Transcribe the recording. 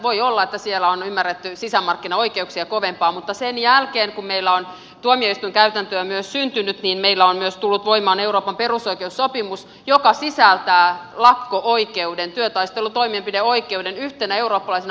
voi olla että siellä on paremmin ymmärretty sisämarkkinaoikeuksia mutta sen jälkeen kun meillä on myös tuomioistuinkäytäntöä syntynyt meillä on myös tullut voimaan euroopan perusoikeussopimus joka sisältää lakko oikeuden työtaistelutoimenpideoikeuden yhtenä eurooppalaisena perusoikeutena